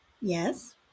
yes